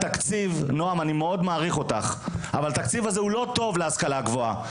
נעם אני מעריך אותך מאוד אבל התקציב הזה הוא לא טוב להשכלה הגבוהה.